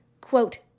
quote